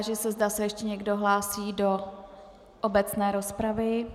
Táži se, zda se ještě někdo hlásí do obecné rozpravy.